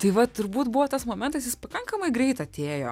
tai va turbūt buvo tas momentas jis pakankamai greit atėjo